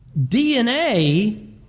DNA